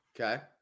Okay